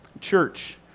Church